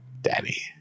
Daddy